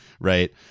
Right